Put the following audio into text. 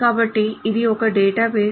కాబట్టి ఇది ఒక డేటాబేస్